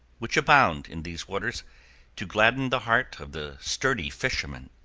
which abound in these waters to gladden the heart of the sturdy fisherman.